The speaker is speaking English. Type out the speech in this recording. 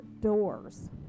doors